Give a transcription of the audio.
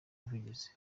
ubuvugizi